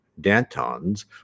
Dantons